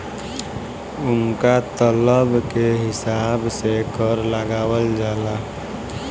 उनका तलब के हिसाब से कर लगावल जाला